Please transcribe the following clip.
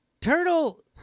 turtle